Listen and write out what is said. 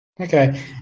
Okay